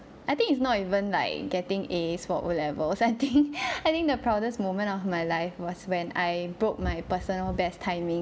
I think it's not even like getting A for O levels I think I think the proudest moment of my life was when I broke my personal best timing